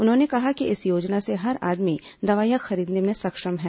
उन्होंने कहा कि इस योजना से हर आदमी दवाइयां खरीदने में सक्षम है